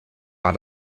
war